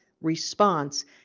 response